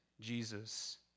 jesus